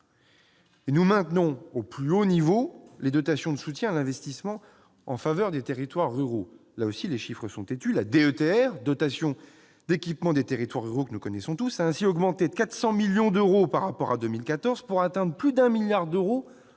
nous maintenons au plus haut niveau les dotations de soutien à l'investissement en faveur des territoires ruraux. Là aussi, les chiffres sont têtus : la DETR, la dotation d'équipement des territoires ruraux, a augmenté de 400 millions d'euros par rapport à 2014, pour atteindre plus de 1 milliard d'euros